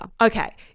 Okay